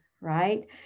right